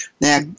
Now